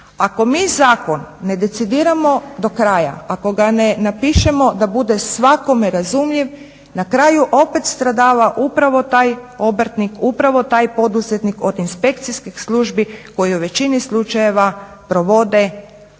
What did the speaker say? Ako mi zakon ne decidirano do kraja, ako ga ne napišemo da bude svakome razumljiv na kraju opet stradava upravo taj obrtnik upravo taj poduzetnik od inspekcijskih službi koje u većini slučajeva provode neću